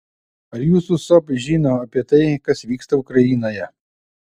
ar jūsų sop žino apie tai kas vyksta ukrainoje